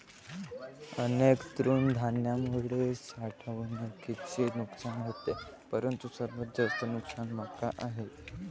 अनेक तृणधान्यांमुळे साठवणुकीचे नुकसान होते परंतु सर्वात जास्त नुकसान मका आहे